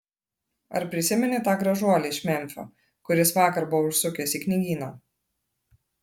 ar prisimeni tą gražuolį iš memfio kuris vakar buvo užsukęs į knygyną